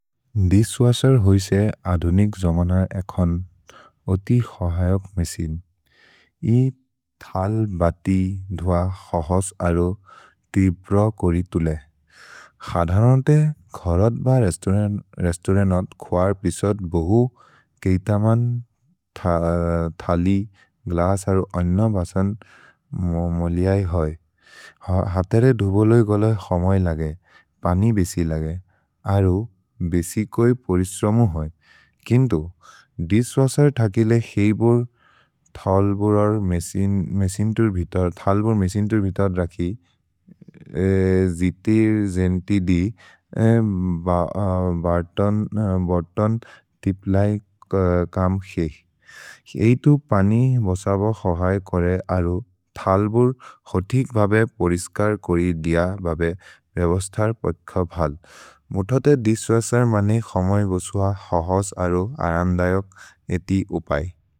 दिस्वसर् होइसे अदुनिक् जमनर् एखोन् ओति क्सहयोक् मेसिन्। इ थल्, बति, ध्व, क्सहोस् अरो तिप्र कोरि तुले। खधरन्ते घरत् ब रेस्तौरन्त् ख्वर् पिसोद् बहु केतमन्, थलि, ग्लस् अरो अन्न बसन् मोलिऐ होइ। हतरे धुबोले गोलो खमै लगे, पनि बेसि लगे, अरो बेसि कोइ पोरिस्रमु होइ। किन्तु, दिस्वसर् थकेले हेइ बोर् थल्बोर् मेसिन् तुर् वितद् रखि, जितिर् जेन्ति दि, बर्तोन् तिप्लैक् कम् खे। एइतु पनि बसबो क्सहय् कोरे, अरो थल्बोर् होतिक् भबे पोरिस्कर् कोरि दिअ, बबे रेबस्तर् पख भल्। मुथोते दिस्वसर् मनि खमै बसुह क्सहोस् अरो अरन्दयोक् एति उपै।